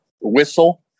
whistle